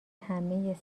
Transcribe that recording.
همه